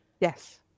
Yes